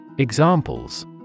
Examples